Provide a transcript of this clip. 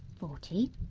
forty.